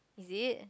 is it